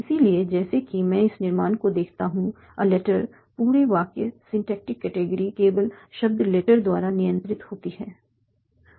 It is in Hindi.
इसलिए जैसे कि मैं इस निर्माण को देखता हूं 'ए लेटर' पूरी वाक्य सिंटेक्टिक कैटेगरी केवल शब्द लेटर द्वारा नियंत्रित होती है